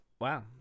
Wow